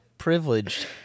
privileged